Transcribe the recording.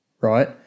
right